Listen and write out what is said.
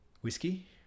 whiskey